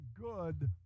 good